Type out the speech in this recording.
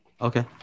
okay